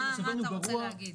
מה אתה רוצה להגיד?